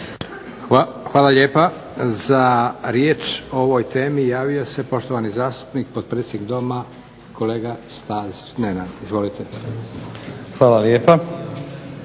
Hvala lijepa. Za riječ o ovoj raspravi javio se poštovani zastupnik potpredsjednik Doma Nenad Stazić. Izvolite. **Stazić,